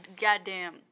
goddamn